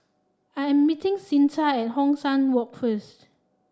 I am meeting Cyntha at Hong San Walk first